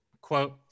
Quote